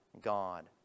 God